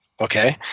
okay